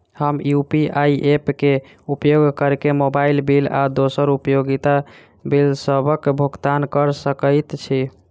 हम UPI app क उपयोग करके मोबाइल बिल आ दोसर उपयोगिता बिलसबक भुगतान कर सकइत छि